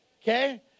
okay